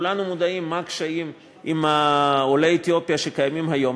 כולנו מודעים לקשיים של עולי אתיופיה שקיימים היום,